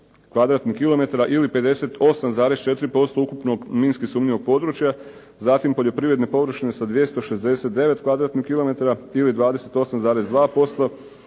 kvadratnih kilometara, ili 58,4% ukupnog minski sumnjivog područja. Zatim poljoprivredne površine sa 269 kvadratnih kilometara ili 28,2%.